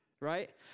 right